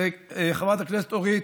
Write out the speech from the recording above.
חברת הכנסת אורית,